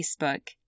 Facebook